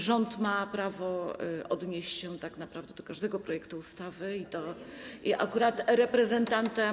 Rząd ma prawo odnieść się tak naprawdę do każdego projektu ustawy i akurat reprezentantem.